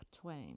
Twain